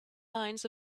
lines